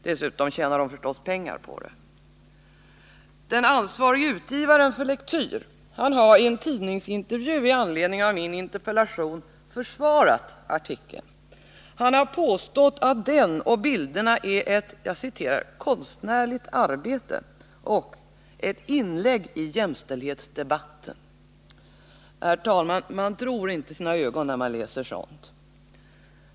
Dessutom tjänar de förstås pengar på det. Den ansvarige utgivaren för Lektyr har i en tidningsintervju i anledning av min interpellation försvarat artikeln. Han har påstått att den och bilderna är ett ”konstnärligt arbete” och ”ett inlägg i jämställdhetsdebatten”. Man tror inte sina ögon, herr talman, när man läser sådant.